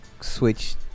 Switch